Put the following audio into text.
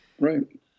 Right